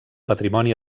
patrimoni